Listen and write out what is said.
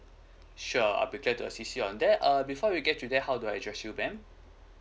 sure I'll be glad to assist you on that err before we get to that how do I address you ma'am